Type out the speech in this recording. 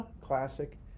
classic